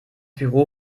büro